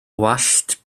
wallt